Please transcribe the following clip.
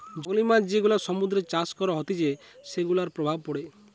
জংলী মাছ যেগুলা সমুদ্রতে চাষ করা হতিছে সেগুলার প্রভাব পড়ে